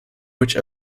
which